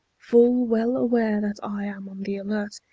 full well aware that i am on the alert,